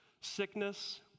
Sickness